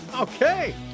Okay